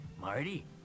Marty